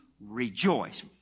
rejoice